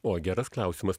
o geras klausimas